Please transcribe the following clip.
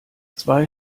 zwei